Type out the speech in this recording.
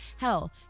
Hell